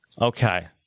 Okay